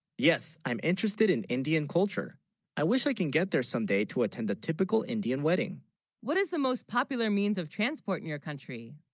yes i'm interested in indian culture i wish i can get there someday to attend a typical indian wedding what is the most popular means of transport in your country?